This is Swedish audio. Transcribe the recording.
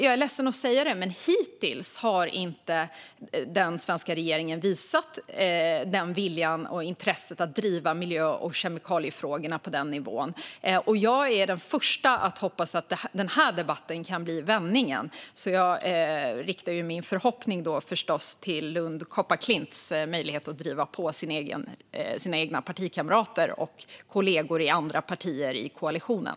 Jag är ledsen att behöva säga det, men hittills har inte den svenska regeringen visat viljan och intresset för att driva miljö och kemikaliefrågorna på den nivån. Jag är den första att hoppas att den här debatten kan bli vändningen, och jag riktar förstås min förhoppning till Lund Kopparklints möjlighet att driva på sina egna partikamrater och kollegor i andra partier i koalitionen.